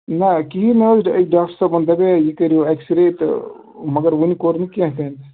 نہ کِہیٖنۍ نہٕ حظ أکۍ ڈاکٹر صٲبَن دپے یہِ کٔرِو ایٚکٕس رے تہٕ مگر وٕنۍ کوٚر نہٕ کیٚنٛہہ تِنہٕ